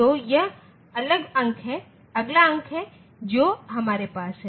तो यह अगला अंक है जो हमारे पास है